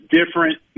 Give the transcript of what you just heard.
different